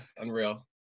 unreal